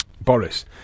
Boris